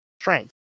strength